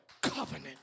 covenant